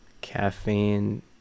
Caffeine